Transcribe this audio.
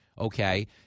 Okay